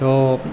તો